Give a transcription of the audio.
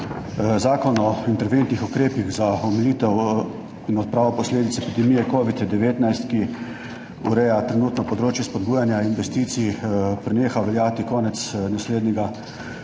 Zakon o interventnih ukrepih za omilitev in odpravo posledic epidemije Covid-19, ki ureja trenutno področje spodbujanja investicij, preneha veljati konec naslednjega meseca,